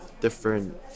different